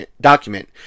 document